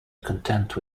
content